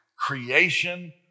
creation